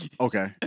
Okay